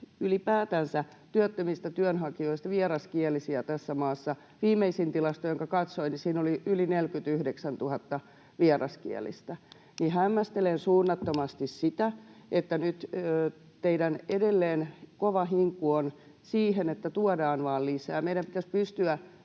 ylipäätänsä on jo vieraskielisiä tässä maassa iso osa. Viimeisimmässä tilastossa, jonka katsoin, oli yli 49 000 vieraskielistä, niin että hämmästelen suunnattomasti sitä, että nyt teillä on edelleen kova hinku siihen, että tuodaan vaan lisää.